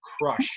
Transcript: crush